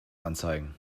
anzeigen